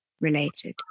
related